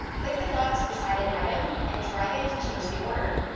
click the dots beside an item and drag it to change the order.